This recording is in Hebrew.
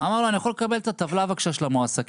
אמר לו: אני יכול לקבל את הטבלה בבקשה של המועסקים?